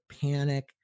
panic